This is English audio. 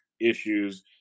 issues